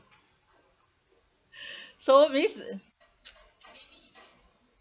so means